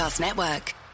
Network